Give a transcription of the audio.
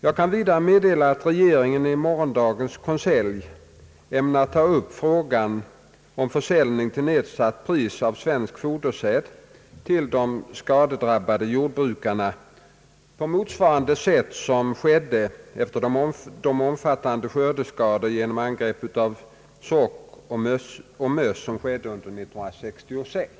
Jag kan vidare meddela att regeringen i morgondagens konselj ämnar ta upp frågan om försäljning till nedsatt pris av svensk fodersäd till de skadedrabbade jordbrukarna på motsvarande sätt som skedde efter de omfattande skördeskadorna genom angrepp av sorkar och möss under år 1966.